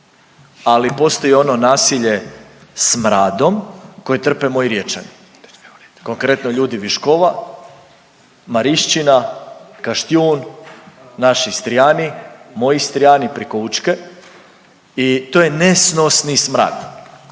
ali postoji ono nasilje smradom koje trpe moji Riječani. Konkretno ljudi Viškova, Marišćina, Kaštijun, naši Istrijani, moji Istrijani preko Učke i to je nesnosni smrad